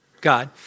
God